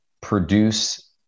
produce